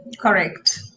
Correct